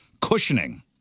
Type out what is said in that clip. Cushioning